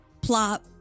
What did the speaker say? plop